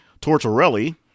Tortorelli